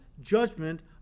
judgment